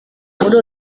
muri